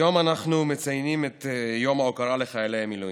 היום אנחנו מציינים את יום ההוקרה לחיילי המילואים.